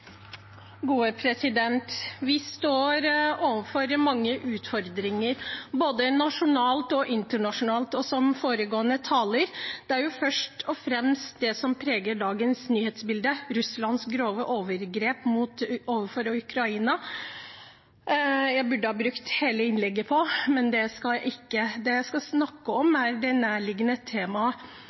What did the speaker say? Det som først og fremst preger dagens nyhetsbilde, er Russlands grove overgrep overfor Ukraina. Jeg burde ha brukt hele innlegget på det, men det skal jeg ikke. Det jeg skal snakke om, er det nærliggende temaet